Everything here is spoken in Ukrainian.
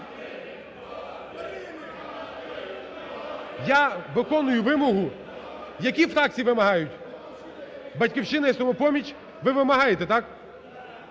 Я виконую вимогу… які фракції вимагають? "Батьківщина" і "Самопоміч", ви вимагаєте. Так.